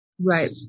Right